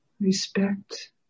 respect